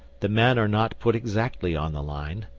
the men are not put exactly on the line,